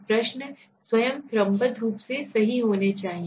प्रश्न स्वयं क्रमबद्ध रूप से सही होने चाहिए